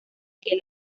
que